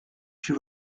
she